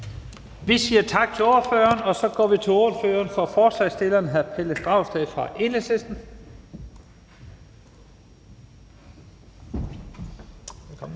Vi siger tak til ordføreren, og så går vi til ordføreren for forslagsstillerne, hr. Pelle Dragsted fra Enhedslisten. Kl.